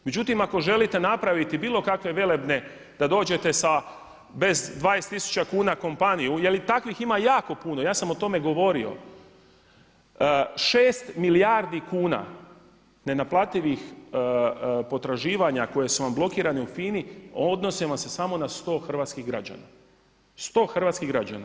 Međutim, ako želite napraviti bilo kakve velebne da dođete bez 20 tisuća kuna kompaniju, je li takvih ima jako puno, ja sam o tome govorio, 6 milijardi kuna ne naplativih potraživanja koja su vam blokirana u FINA-i odnosi vam se samo na 100 hrvatskih građana, 100 hrvatskih građana.